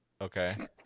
Okay